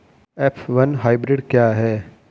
F one hybrid क्या है?